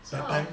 so out of